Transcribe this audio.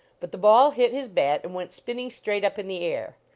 but the ball hit his bat and went spinning straight up in the air.